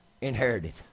inherited